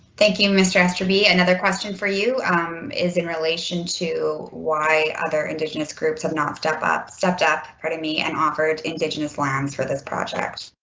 thank you mr. aster be another question for you is in relation to why other indigenous groups have not stepped up, stepped up part of me and offered indigenous lands for this project.